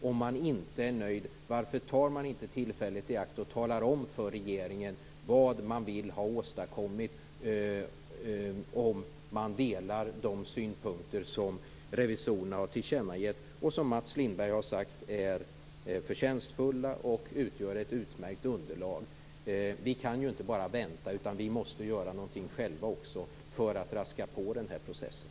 Om man inte är nöjd, varför tar man inte tillfället i akt och talar om för regeringen vad man vill ha åstadkommit om man delar de synpunkter som revisorerna har tillkännagett och som Mats Lindberg har sagt är förtjänstfulla och utgör ett utmärkt underlag? Vi kan inte bara vänta. Vi måste göra något själva för att raska på processen.